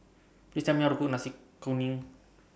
Please Tell Me How to Cook Nasi Kuning